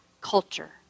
culture